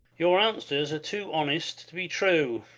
your answers are too honest to be true.